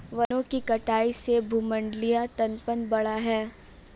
वनों की कटाई से भूमंडलीय तापन बढ़ा है